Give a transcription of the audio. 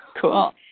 cool